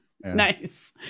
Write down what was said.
Nice